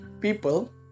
people